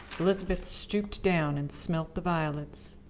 elizabeth stooped down and smelt the violets,